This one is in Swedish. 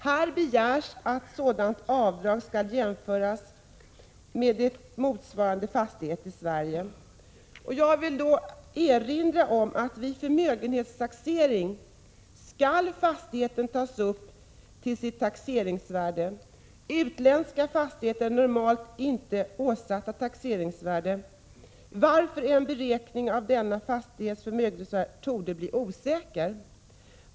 Här begärs att sådant avdrag skall jämställas med avdraget för motsvarande fastighet i Sverige. Jag vill erinra om att vid förmögenhetstaxering skall fastigheten tas upp till sitt taxeringsvärde. Utländska fastigheter är normalt inte åsatta taxeringsvärde, varför en beräkning av dessa fastigheters förmögenhetsvärde torde bli osäker.